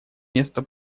место